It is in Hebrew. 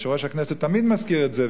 יושב-ראש הכנסת תמיד מזכיר את זה,